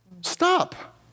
Stop